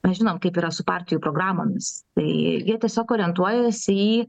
mes žinom kaip yra su partijų programomis tai jie tiesiog orientuojasi į